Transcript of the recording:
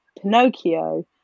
Pinocchio